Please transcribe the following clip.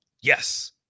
yes